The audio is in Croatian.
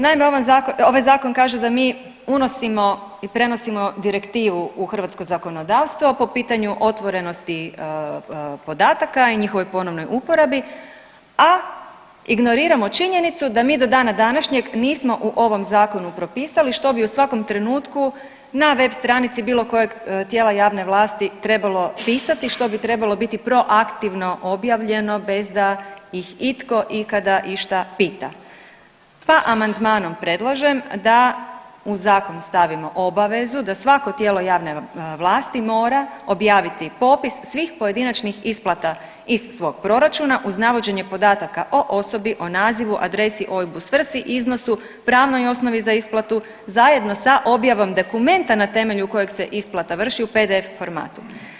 Naime, ovaj Zakon kaže da mi unosimo i prenosimo direktivu u hrvatsko zakonodavstvo, po pitanju otvorenosti podataka i njihovoj ponovnoj uporabi, a ignoriramo činjenicu da mi do dana današnjeg nismo u ovom Zakonu propisali što bi u svakom trenutku na web stranici bilo kojeg tijela javne vlasti trebalo pisati, što bi trebalo biti proaktivno objavljeno bez da ih itko ikada išta pita pa amandmanom predlažem da u Zakon stavimo obavezu da svako tijelo javne vlasti mora objaviti popis svih pojedinačnih isplata iz svog proračuna uz navođenje podataka o osobi, o nazivu, adresi, OIB-u, svrsi, iznosu, pravnoj osnovi za isplatu zajedno sa objavom dokumenta na temelju kojeg se isplata vrši u PDF formatu.